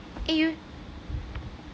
eh you